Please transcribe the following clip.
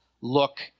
look